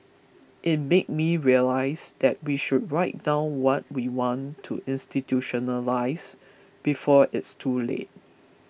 it made me realise that we should write down what we want to institutionalise before it's too late